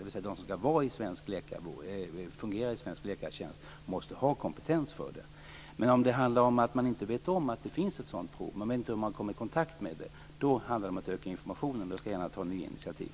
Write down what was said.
De som ska fungera i svensk läkartjänst måste ha kompetens för det. Men om det handlar om att man inte vet om att det finns ett sådant prov, om man inte vet hur man kommer i kontakt med det, handlar det om att öka informationen. Då ska jag gärna ta nya initiativ.